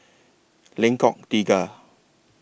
Lengkok Tiga